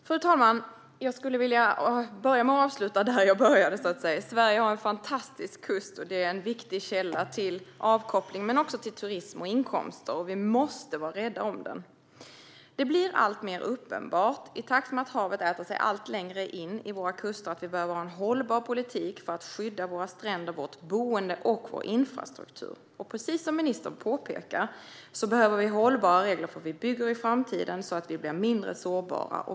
Fru talman! Jag vill avsluta där jag började, med att Sverige har en fantastisk kust. Den är en viktig källa till avkoppling men också till turism och inkomster. Vi måste vara rädda om den. Det blir alltmer uppenbart, i takt med att havet äter sig allt längre in i våra kuster, att vi behöver en hållbar politik för att skydda våra stränder, vårt boende och vår infrastruktur. Precis som ministern påpekar behöver vi hållbara regler för hur vi ska bygga i framtiden, så att vi blir mindre sårbara.